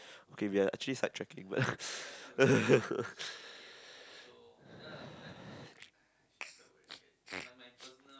okay we are actually sidetracking